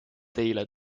teile